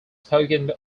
spoken